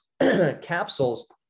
capsules